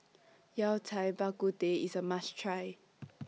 Yao Cai Bak Kut Teh IS A must Try